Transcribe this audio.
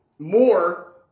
more